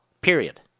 period